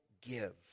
give